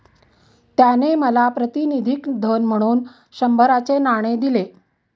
त्याने मला प्रातिनिधिक धन म्हणून शंभराचे नाणे दिले